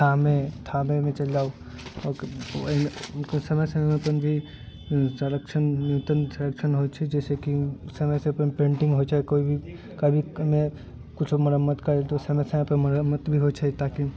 थाबे थाबेमे चलि जाउ हुनके समय समयपर भी संरक्षण नूतन संरक्षण होइ छै जइसेकि समय समयपर पेन्टिङ्ग होइ छै कोइ भी कभी किछु मरम्मत कएल तऽ समय समयपर मरम्मत भी होइ छै ताकि